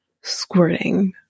squirting